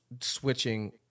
switching